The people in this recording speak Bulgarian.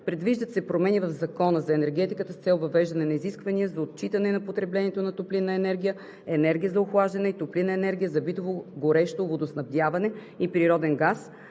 Предвиждат се промени в Закона за енергетиката с цел въвеждане на изисквания за отчитане на потреблението на топлинна енергия, енергия за охлаждане и топлинна енергия за битово горещо водоснабдяване и природен газ,